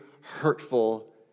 hurtful